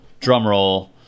drumroll